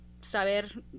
saber